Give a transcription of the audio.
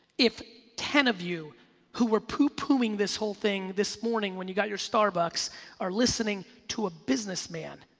if ten of you who were poo pooing this whole thing this morning when you got your starbucks are listening to a business man,